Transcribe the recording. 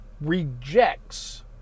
rejects